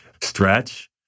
stretch